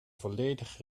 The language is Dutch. volledig